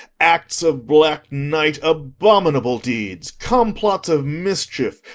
acts of black night, abominable deeds, complots of mischief,